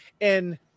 And-